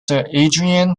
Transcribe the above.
adrian